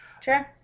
Sure